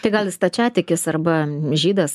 tai gal jis stačiatikis arba žydas